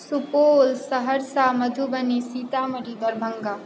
Supaul Saharsa Madhubani Sitamarhi Darbhanga